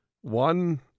one